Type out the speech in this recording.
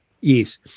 Yes